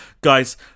Guys